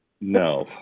No